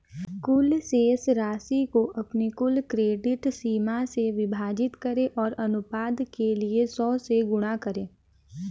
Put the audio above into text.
कुल शेष राशि को अपनी कुल क्रेडिट सीमा से विभाजित करें और अनुपात के लिए सौ से गुणा करें